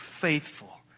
faithful